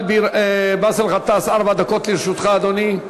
באסל גטאס, ארבע דקות לרשותך, אדוני.